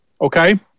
okay